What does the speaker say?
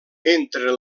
entre